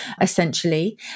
essentially